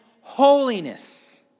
holiness